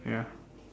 ya